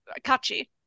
Kachi